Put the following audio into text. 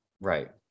right